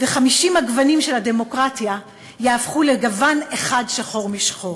ו-50 הגוונים של הדמוקרטיה יהפכו לגוון אחד שחור משחור.